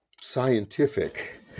scientific